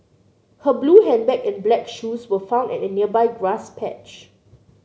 her blue handbag and black shoes were found at a nearby grass patch